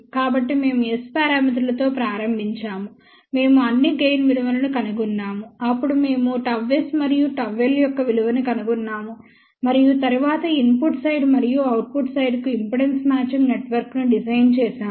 కాబట్టి మేము S పారామితులతో ప్రారంభించాము మేము అన్ని గెయిన్ విలువలను కనుగొన్నాము అప్పుడు మేము ΓS మరియు ΓL యొక్క విలువను కనుగొన్నాము మరియు తరువాత ఇన్పుట్ సైడ్ మరియు అవుట్పుట్ సైడ్కు ఇంపిడెన్స్ మ్యాచింగ్ నెట్వర్క్ ను డిజైన్ చేశాము